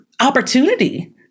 opportunity